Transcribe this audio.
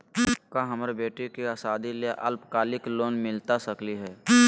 का हमरा बेटी के सादी ला अल्पकालिक लोन मिलता सकली हई?